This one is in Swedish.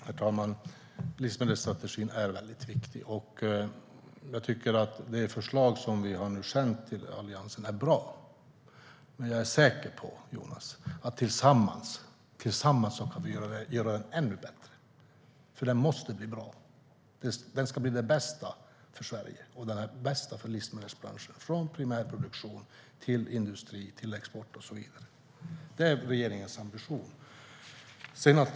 Herr talman! Livsmedelsstrategin är väldigt viktig. Jag tycker att det förslag som vi nu har sänt till Alliansen är bra. Men jag är säker på, Jonas, att vi kan göra strategin ännu bättre tillsammans. Den måste bli bra. Den ska bli det bästa för Sverige och det bästa för livsmedelsbranschen från primärproduktion till industri, export och så vidare. Det är regeringens ambition.